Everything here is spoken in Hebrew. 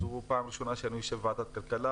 זו פעם ראשונה שאני יושב בוועדת כלכלה